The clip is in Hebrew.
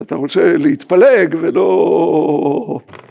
‫אתה רוצה להתפלג ולא...